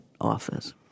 Office